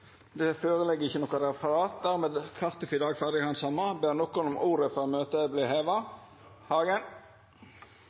Dermed er kartet for i dag ferdig handsama. Ber nokon om ordet før møtet vert heva?